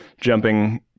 jumping